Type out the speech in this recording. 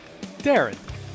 Darren